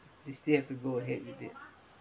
you still have to go ahead with it